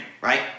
right